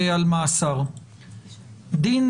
בעיניי פשיטא שאם אנחנו מדברים על הרחבת סמכויות בתי הדין